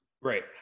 Right